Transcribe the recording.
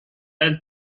del